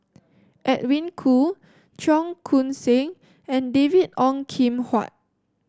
Edwin Koo Cheong Koon Seng and David Ong Kim Huat